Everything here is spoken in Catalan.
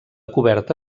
coberta